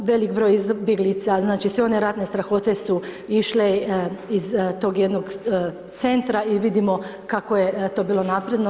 Velik broj izbjeglica, znači sve one ratne strahote su išle iz tog jednog centra i vidimo kako je to bilo napredno.